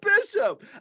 Bishop